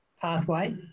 pathway